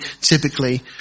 typically